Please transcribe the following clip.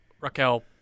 Raquel